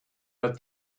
but